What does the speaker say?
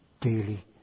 daily